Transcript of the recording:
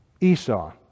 Esau